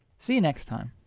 see you next time!